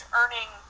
earning